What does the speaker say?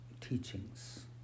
teachings